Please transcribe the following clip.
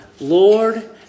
Lord